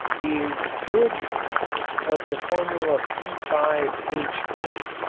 these bridged rings of the formula c five h eight,